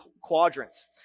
quadrants